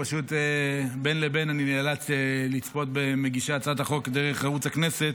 פשוט בין לבין אני נאלץ לצפות במגישי הצעת החוק דרך ערוץ הכנסת